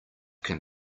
can